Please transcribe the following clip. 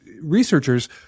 researchers